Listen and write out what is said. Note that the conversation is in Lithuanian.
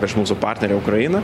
prieš mūsų partnerę ukrainą